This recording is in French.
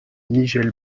nigel